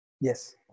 Yes